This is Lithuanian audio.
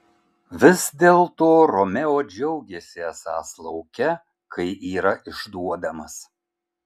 vis dėlto romeo džiaugėsi esąs lauke kai yra išduodamas